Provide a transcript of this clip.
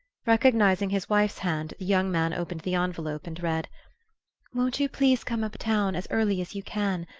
recognising his wife's hand, the young man opened the envelope and read won't you please come up town as early as you can?